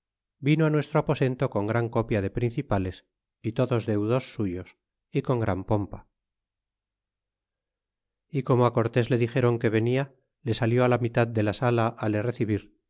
vino nuestro aposento con gran copia de principales é todos deudos suyos e con gran pompa é como á cortés le dixéron que venia le salió la mitad de la sala á le recibir